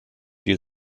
die